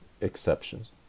exceptions